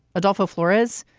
adolfo flores.